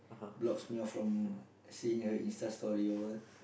blocks me off from seeing her insta story or what